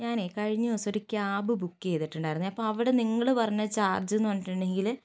ഞാൻ കഴിഞ്ഞ ദിവസം ഒരു ക്യാബ് ബുക്ക് ചെയ്തിട്ടുണ്ടായിരുന്നെ അപ്പോൾ അവിടെ നിങ്ങള് പറഞ്ഞ ചാർജ് പറഞ്ഞിട്ടുണ്ടെങ്കില്